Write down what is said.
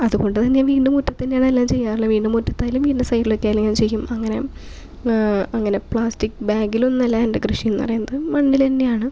അതുകൊണ്ട് തന്നെ വീടിൻ്റെ മുറ്റത്ത് തന്നെയാണ് എല്ലാം ചെയ്യാറുള്ളത് വീടിൻ്റെ മുറ്റത്തായാലും വീടിൻ്റെ സൈഡിലൊക്കെയായാലും ഇങ്ങനെ ചെയ്യും അങ്ങനെ അങ്ങനെ പ്ലാസ്റ്റിക് ബാഗിലൊന്നും അല്ല എൻ്റെ കൃഷി എന്ന് പറയുന്നത് മണ്ണിൽ തന്നെയാണ്